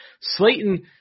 Slayton